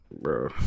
bro